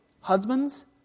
husbands